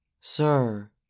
Sir